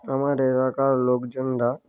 আমার এলাকার লোকজনরা